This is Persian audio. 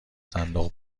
صندوق